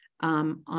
On